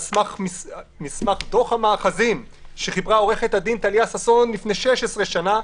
על סמך מסמך דוח המאחזים שחיברה עורכת הדין טליה ששון לפני 16 שנים,